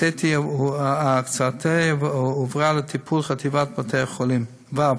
הקצאתי הועברה לטיפול חטיבת בתי-החולים, ו.